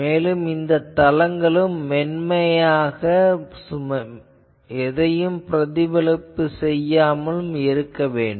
மேலும் இந்த தளங்களும் மென்மையாக எதையும் பிரதிபலிப்பு செய்யாமல் இருக்க வேண்டும்